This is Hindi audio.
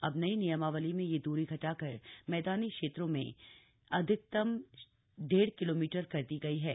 अब नई नियमावली में यह दूरी घटाकर मद्वानी क्षेत्रों में अधिकतम डेढ़ किलोमीटर कर दी गई हा